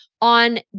on